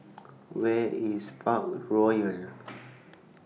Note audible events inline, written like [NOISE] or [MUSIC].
Where IS Parkroyal [NOISE]